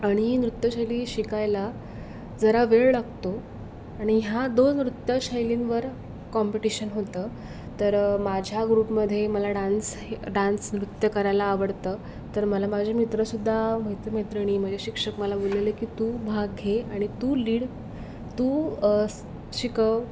आणि नृत्यशैली शिकायला जरा वेळ लागतो आणि हा दोन नृत्य शैलींवर कॉम्पिटिशन होतं तरं माझ्या ग्रुपमधे मला डान्स हे डान्स नृत्य करायला आवडतं तर मला माझे मित्रसुद्धा मित्रमैत्रिणी माझे शिक्षक मला बोललेले की तू भाग घे आणि तू लीड तू शिकव